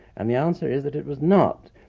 and the answer is that it was not,